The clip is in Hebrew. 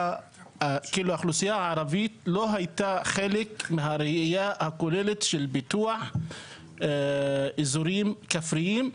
האוכלוסייה הערבית לא הייתה חלק מהראייה הכוללת של פיתוח אזורים כפריים,